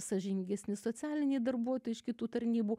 sąžiningesni socialiniai darbuotojai iš kitų tarnybų